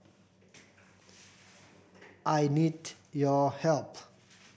I need your help